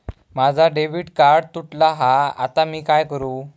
माझा debit card तुटला हा आता मी काय करू?